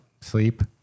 sleep